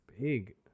big